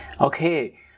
Okay